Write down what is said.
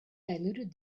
diluted